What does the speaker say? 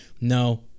No